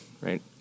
right